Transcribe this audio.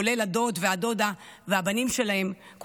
כולל הדוד והדודה והבנים שלהם,